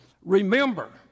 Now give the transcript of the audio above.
remember